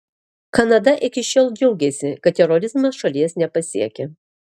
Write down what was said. kanada iki šiol džiaugėsi kad terorizmas šalies nepasiekia